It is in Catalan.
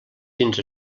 fins